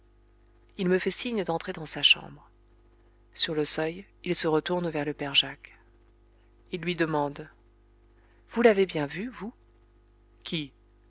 il me fait signe d'entrer dans sa chambre sur le seuil il se retourne vers le père jacques il lui demande vous l'avez bien vu vous qui